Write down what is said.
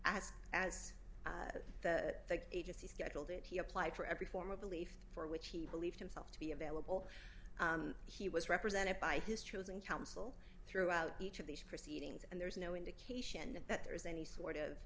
as as the agency scheduled it he applied for every form of belief for which he believed himself to be available he was represented by his children counsel throughout each of these proceedings and there's no indication that there is any sort of